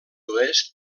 oest